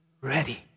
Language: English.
ready